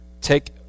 take